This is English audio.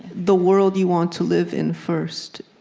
the world you want to live in first.